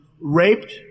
raped